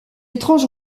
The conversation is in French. étrange